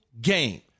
game